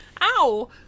ow